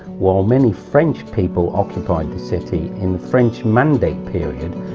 while many french people occupied the city in the french mandate period,